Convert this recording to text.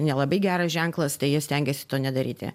nelabai geras ženklas tai jie stengiasi to nedaryti